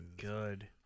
Good